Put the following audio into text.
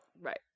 Right